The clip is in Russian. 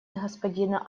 господина